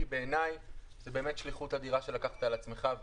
כי בעיניי זאת באמת שליחות אדירה שלקחת על עצמך.